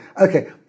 Okay